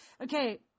Okay